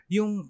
Yung